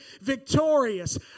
victorious